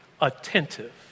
Attentive